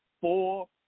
four